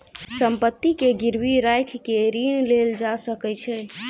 संपत्ति के गिरवी राइख के ऋण लेल जा सकै छै